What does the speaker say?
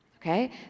Okay